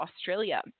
Australia